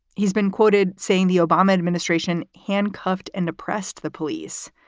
he's been quoted saying the obama administration handcuffed and depressed the police.